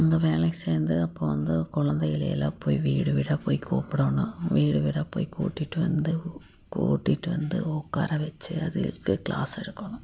அந்த வேலைக்கு சேர்ந்த அப்போது வந்து கொழந்தைகளையெல்லாம் போய் வீடு வீடாக போய் கூப்பிடணும் வீடு வீடாக போய் கூட்டிகிட்டு வந்து கூட்டிகிட்டு வந்து உட்கார வச்சு அதுகளுக்கு க்ளாஸ் எடுக்கணும்